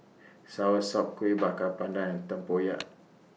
Soursop Kueh Bakar Pandan Tempoyak